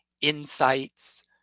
insights